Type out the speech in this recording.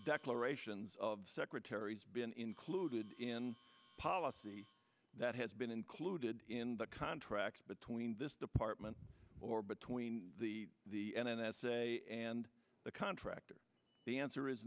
declarations of secretaries been included in policy that has been included in the contract between this department or between the the n s a and the contractor the answer is